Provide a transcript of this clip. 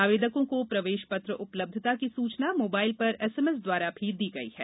आवेदकों को प्रवेश पत्र उपलब्धता की सूचना मोबाइल पर एसएमएस द्वारा भी दी गई है